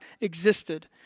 existed